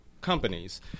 companies